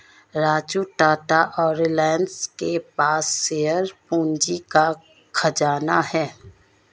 राजू टाटा और रिलायंस के पास शेयर पूंजी का खजाना है